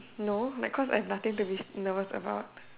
no like cause I have nothing to be nervous about